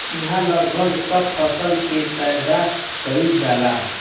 इहा लगभग सब फसल के पैदा कईल जाला